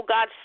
God